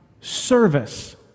service